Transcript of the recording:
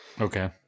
Okay